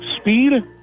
speed